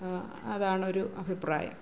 അതാണ് ഒരു അഭിപ്രായം